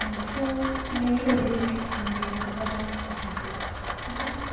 friends മേലുപരി college ലൈഫിൽ പറയുകയാണെങ്കിൽ ടീച്ചേർസ് ടീച്ചേർസ്